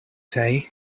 say